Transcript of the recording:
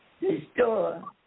restore